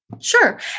Sure